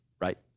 right